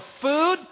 food